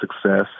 success